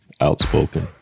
outspoken